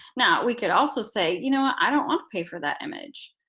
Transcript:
now, we could also say, you know i don't want to pay for that image.